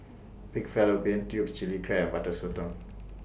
Pig Fallopian Tubes Chili Crab and Butter Sotong